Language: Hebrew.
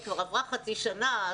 כבר עברה חצי שנה.